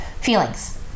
feelings